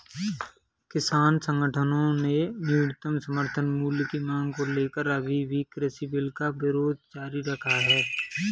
किसान संगठनों ने न्यूनतम समर्थन मूल्य की मांग को लेकर अभी भी कृषि बिल का विरोध जारी रखा है